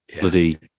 bloody